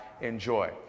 enjoy